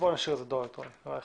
נשאיר דואר אלקטרוני.